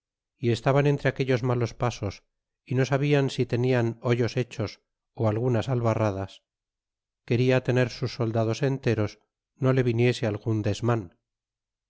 y estaban entre aquellos malos pasos y no sabían si tepian hoyos hechos ó algunas albarradas queda tener sus soldados enteros no le viniese algun desman